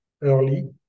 early